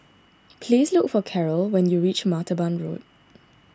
please look for Caryl when you reach Martaban Road